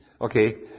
Okay